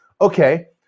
Okay